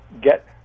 get